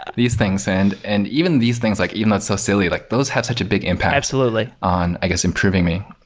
these things. and and even these things, like even though it's so silly, like those have such a big impact on i guess improving me.